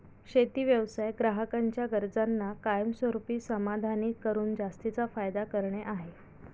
शेती व्यवसाय ग्राहकांच्या गरजांना कायमस्वरूपी समाधानी करून जास्तीचा फायदा करणे आहे